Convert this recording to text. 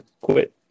quit